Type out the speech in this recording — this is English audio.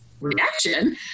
reaction